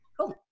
Cool